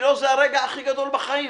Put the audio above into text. בשבילו זה הרגע הכי גדול בחיים.